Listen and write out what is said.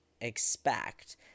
expect